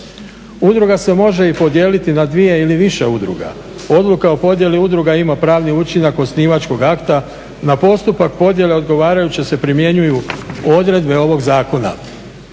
Udruga se može i podijeliti na dvije ili više udruga. Odluka o podjeli udruga ima pravni učinak osnivačkog akta na postupak podjele odgovarajuće se primjenjuju odredbe ovog zakona,